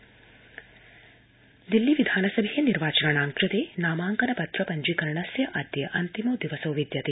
दिल्ली निर्वाचनम् दिल्ली विधानसभेय निर्वाचनानाञ्कृते नामांकन पत्र पत्रजीकरणस्यादय अन्तिमो दिवसो विद्यते